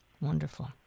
wonderful